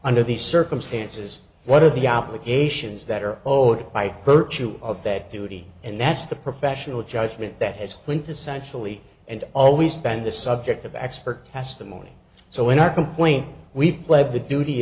under these circumstances what are the obligations that are owed by virtue of that duty and that's the professional judgment that has quintessentially and always been the subject of expert testimony so in our complaint we've led the duty